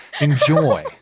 Enjoy